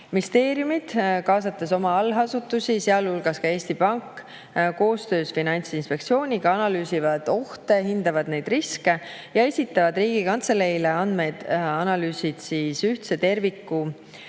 Ministeeriumid, kaasates oma allasutusi, sealhulgas Eesti Pank koostöös Finantsinspektsiooniga, analüüsivad ohte, hindavad riske ja esitavad Riigikantseleile andmeid ühtsesse terviklikku